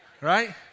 right